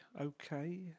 okay